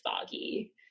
foggy